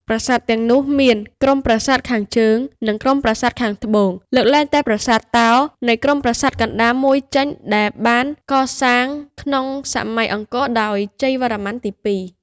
ប្រាសាទទាំងនោះមាន ក្រុមប្រាសាទខាងជើង និង ក្រុមប្រាសាទខាងត្បូង លើកលែងតែប្រាសាទតោ នៃក្រុមប្រាសាទកណ្តាល មួយចេញ ដែលបានសាងឡើង ក្នុងសម័យអង្គរដោយជ័យវរ្ម័នទី២ ។